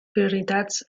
prioritats